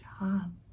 job